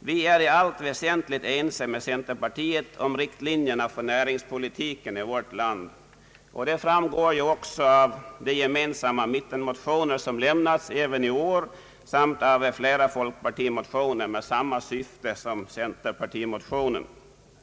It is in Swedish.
Vi är i allt väsentligt ense med centerpartiet om riktlinjerna för näringspolitiken i vårt land. Det framgår ju också av de gemensamma mittenpartimotioner som lämnats även i år samt av flera folkpartimotioner med samma syfte som centerpartimotionen.